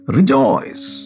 Rejoice